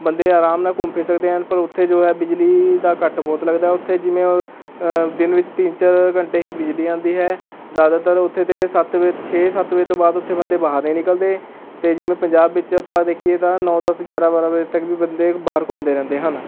ਬੰਦੇ ਆਰਾਮ ਨਾਲ ਘੁੰਮ ਫਿਰ ਸਕਦੇ ਹਨ ਪਰ ਉੱਥੇ ਜੋ ਹੈ ਬਿਜਲੀ ਦਾ ਕੱਟ ਬਹੁਤ ਲੱਗਦਾ ਉੱਥੇ ਜਿਵੇਂ ਦਿਨ ਵਿੱਚ ਤਿੰਨ ਚਾਰ ਘੰਟੇ ਹੀ ਬਿਜਲੀ ਆਉਂਦੀ ਹੈ ਜ਼ਿਆਦਾਤਰ ਉੱਥੇ ਦੇ ਸੱਤ ਵਜੇ ਛੇ ਸੱਤ ਵਜੇ ਤੋਂ ਬਾਅਦ ਉੱਥੇ ਬੰਦੇ ਬਾਹਰ ਨਹੀਂ ਨਿਕਲਦੇ ਅਤੇ ਜਿਵੇਂ ਪੰਜਾਬ ਵਿੱਚ ਆਪਾਂ ਦੇਖੀਏ ਤਾਂ ਨੌ ਦਸ ਗਿਆਰ੍ਹਾਂ ਬਾਰ੍ਹਾਂ ਵਜੇ ਤੱਕ ਵੀ ਬੰਦੇ ਬਾਹਰ ਘੁੰਮਦੇ ਰਹਿੰਦੇ ਹਨ